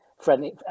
friendly